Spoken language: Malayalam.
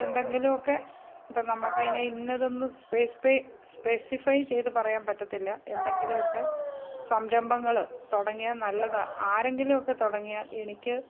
എന്തെങ്കിലും ഒക്കെ ഇപ്പോൾ നമ്മൾക്ക് അതിനെ ഇന്നതെന്ന് സ്പെസിഫൈ ചെയ്ത് പറയാൻ പറ്റത്തില്ല എന്തെങ്കിലുമൊക്കെ സംരംഭങ്ങൾ തുടങ്ങിയാൽ നല്ലതാണ് ആരെങ്കിലും ഒക്കെ തുടങ്ങിയാൽ എനിക്ക്